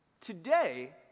Today